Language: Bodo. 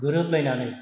गोरोबलायनानै